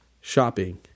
shopping